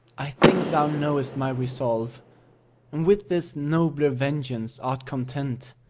i think thou knowest my resolve, and with this nobler vengeance art content.